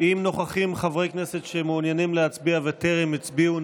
אם נוכחים חברי כנסת שמעוניינים להצביע וטרם הצביעו,